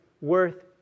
worth